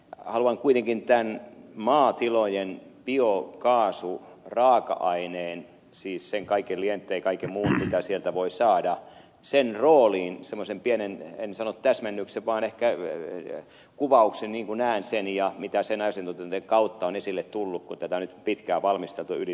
haluan kuitenkin tämän maatilojen biokaasuraaka aineen rooliin siis sen kaiken lietteen ja kaiken muun mitä sieltä voi saada semmoisen pienen en sano täsmennyksen vaan ehkä kuvauksen sanoa miten näen sen ja mitä asiantuntijoiden kautta on esille tullut kun tätä on nyt pitkään valmisteltu yli toista vuotta